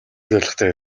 зорилготой